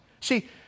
See